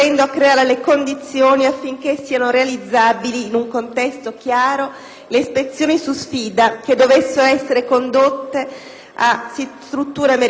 a strutture americane in Italia, contribuendo a dare piena, concreta ed effettiva applicazione alla Convenzione sulla proibizione delle armi chimiche.